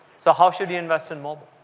so how should you invest in mobile?